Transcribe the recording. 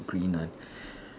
green one